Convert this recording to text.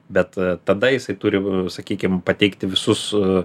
bet tada jisai turi sakykim pateikti visus